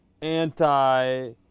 anti-